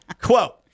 quote